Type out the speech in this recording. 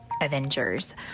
Avengers